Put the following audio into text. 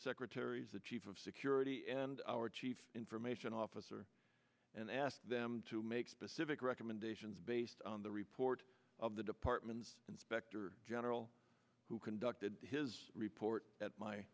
secretaries the chief of security and our chief information officer and asked them to make specific recommendations based on the report of the department's inspector general who conducted his report at my